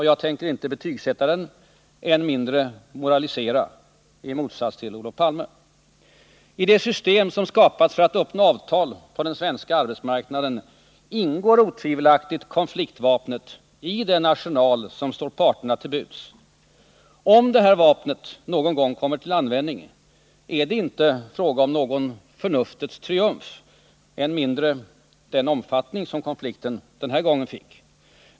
Jag tänker inte betygsätta den, än mindre, i motsats till Olof Palme, moralisera. I det system som skapats för att uppnå avtal på deri svenska arbetsmarknaden ingår otvivelaktigt konfliktvapnet i den arsenal som står parterna till buds. Om vapnet någon gång kommer till användning är det inte fråga om någon förnuftets triumf, i synnerhet inte i den omfattning konflikten den här gången fick.